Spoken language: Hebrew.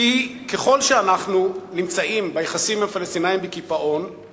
ככל שאנחנו נמצאים ביחסים בקיפאון עם הפלסטינים,